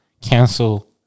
cancel